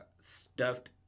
stuffed